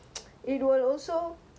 ya ya ya